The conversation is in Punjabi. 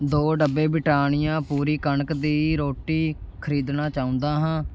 ਦੋ ਡੱਬੇ ਬ੍ਰਿਟਾਨੀਆ ਪੂਰੀ ਕਣਕ ਦੀ ਰੋਟੀ ਖ਼ਰੀਦਣਾ ਚਾਹੁੰਦਾ ਹਾਂ